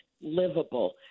livable